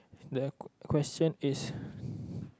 the question is